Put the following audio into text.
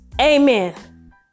Amen